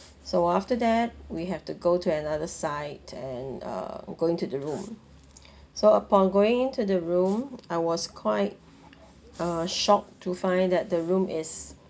so after that we have to go to another side and uh going to the room so upon going in to the room I was quite uh shocked to find that the room is